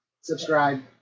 subscribe